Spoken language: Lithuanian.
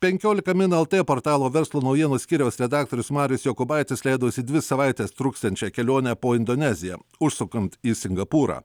penkiolika min lt portalo verslo naujienų skyriaus redaktorius marius jokūbaitis leidosi dvi savaites truksiančią kelionę po indoneziją užsukant į singapūrą